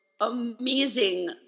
amazing